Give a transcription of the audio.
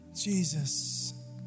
Jesus